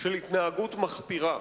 של התנהגות מחפירה,